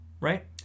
right